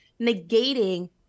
negating